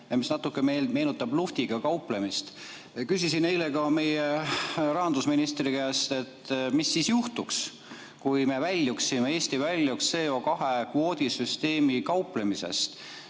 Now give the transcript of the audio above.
ja mis natuke meenutab luhvtiga kauplemist. Küsisin eile ka meie rahandusministri käest, mis siis juhtuks, kui Eesti väljuks CO2kvoodisüsteemis kauplemisest.